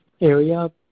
area